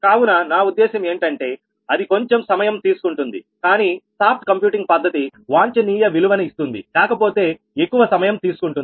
కావున నా ఉద్దేశ్యం ఏంటంటే అది కొంచం సమయం తీసుకుంటుంది కానీ సాఫ్ట్ కంప్యూటింగ్ పద్ధతి వాంఛనీయ విలువలుని ఇస్తుంది కాకపోతే ఎక్కువ సమయం తీసుకుంటుంది